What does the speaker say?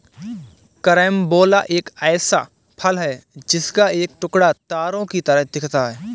carambola एक ऐसा फल है जिसका एक टुकड़ा तारों की तरह दिखता है